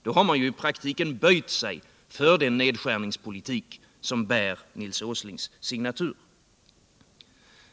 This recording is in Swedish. Då har man i praktiken böjt sig för den nedskärningspolitik som bär Nils Åslings signatur.